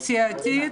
סיעתית